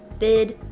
bid,